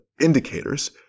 indicators